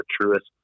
truest